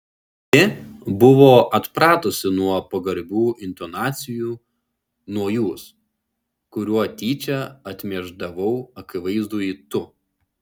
ji buvo atpratusi nuo pagarbių intonacijų nuo jūs kuriuo tyčia atmiešdavau akivaizdųjį tu